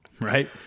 right